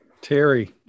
Terry